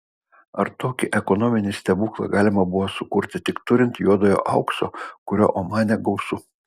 ar tokį ekonominį stebuklą galima buvo sukurti tik turint juodojo aukso kurio omane gausu